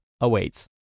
awaits